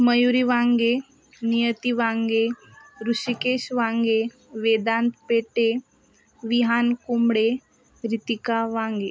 मयुरी वांगे नियती वांगे ऋषिकेश वांगे वेदांत पेटे विहान कोंबडे रीतीका वांगे